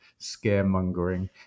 scaremongering